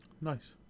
Nice